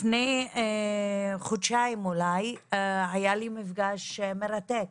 לפני כחודשיים היה לי מפגש מרתק